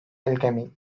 alchemy